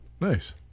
Nice